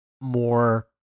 more